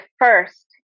first